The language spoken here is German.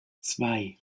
zwei